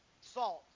Salt